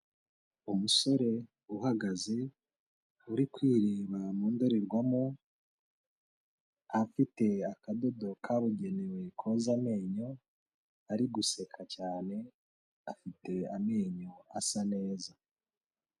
Umusore uhagaze uri kwireba mu ndorerwamo, afite akadodo kabugenewe koza amenyo, ari guseka cyane afite amenyo asa neza.